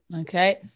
okay